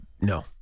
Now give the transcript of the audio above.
no